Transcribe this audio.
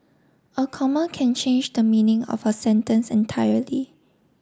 a comma can change the meaning of a sentence entirely